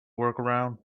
workaround